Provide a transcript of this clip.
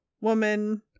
woman